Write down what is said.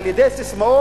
אי-אפשר על-ידי ססמאות,